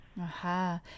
Aha